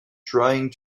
trying